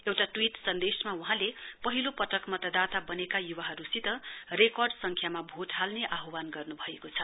एउटा ट्वीट सन्देशमा वहाँले पहिलो पटक मतदाता छानेका युवाहरूसित रेकर्ड संख्यामा भोट हाल्ने आहवान गर्नु भएको छ